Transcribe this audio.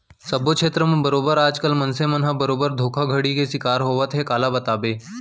सब्बो छेत्र म बरोबर आज कल मनसे मन ह बरोबर धोखाघड़ी के सिकार होवत हे काला बताबे